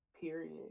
period